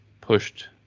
pushed